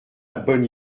bonne